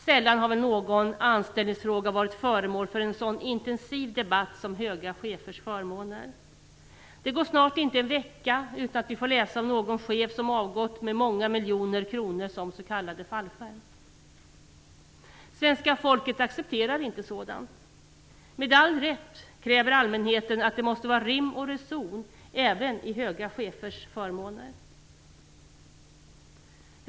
Sällan har väl någon anställningsfråga varit föremål för en sådan intensiv debatt som höga chefers förmåner. Det går snart inte en vecka utan att vi får läsa om någon chef som avgått med många miljoner kronor i s.k. fallskärm. Svenska folket accepterar inte sådant. Med all rätt kräver allmänheten att det måste vara rim och reson även i höga chefers förmåner.